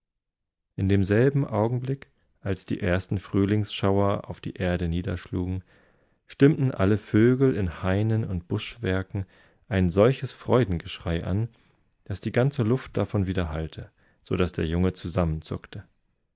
in demselben augenblick als die ersten frühlingsschauer auf die erde niederschlugen stimmtenallevögelinhainenundbuschwerkeneinsolches freudengeschrei an daß die ganze luft davon widerhallte so daß der junge